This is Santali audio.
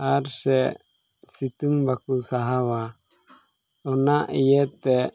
ᱟᱨ ᱥᱮ ᱥᱤᱛᱝ ᱵᱟᱠᱚ ᱥᱟᱦᱟᱣᱟ ᱚᱱᱟ ᱤᱭᱟᱹᱛᱮ